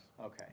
Okay